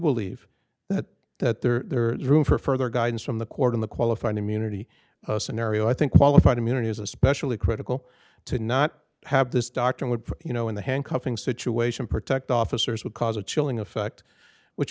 believe that that there is room for further guidance from the court in the qualified immunity scenario i think qualified immunity is especially critical to not have this doctor would you know in the handcuffing situation protect officers would cause a chilling effect which